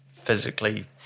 physically